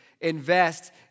invest